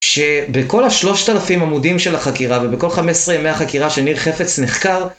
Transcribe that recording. שבכל השלושת אלפים עמודים של החקירה ובכל חמש עשרה ימי החקירה שניר חפץ נחקר,